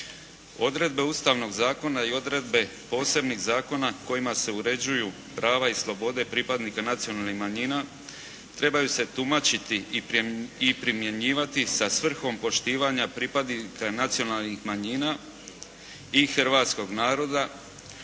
Odredbe Ustavnog zakona i odredbe posebnih zakona kojima se uređuju prava i slobode pripadnika nacionalnih manjina trebaju se tumačiti i primjenjivati sa svrhom poštivanja pripadnika nacionalnih manjina i hrvatskog naroda